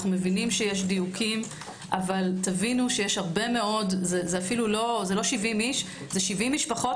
אנו מבינים שיש דיוקים אבל זה לא 70 איש אלא 70 משפחות.